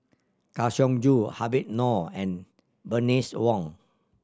Kang Siong Joo Habib Noh and Bernice Wong